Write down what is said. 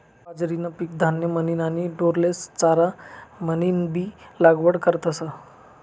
बाजरीनं पीक धान्य म्हनीन आणि ढोरेस्ले चारा म्हनीनबी लागवड करतस